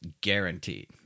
Guaranteed